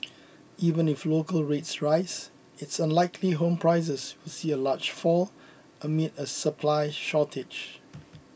even if local rates rise it's unlikely home prices will see a large fall amid a supply shortage